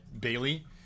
bailey